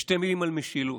ושתי מילים על משילות,